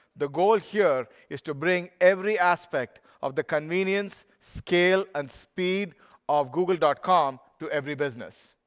the goal here is to bring every aspect of the convenience scale and speed of google dot com to every business.